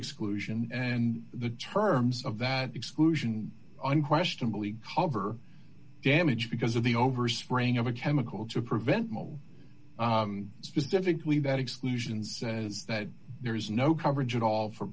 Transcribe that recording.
exclusion and the terms of that exclusion unquestionably cover damage because of the over spraying of a chemical to prevent most specifically that exclusions is that there is no coverage at all for